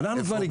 איפה?